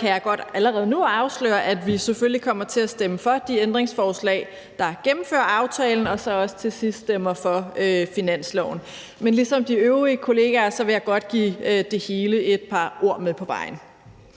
kan jeg godt allerede nu afsløre, at vi selvfølgelig kommer til at stemme for de ændringsforslag, der gennemfører aftalen, og også til sidst stemmer for finansloven. Men ligesom de øvrige kollegaer vil jeg godt give det hele et par ord med på vejen.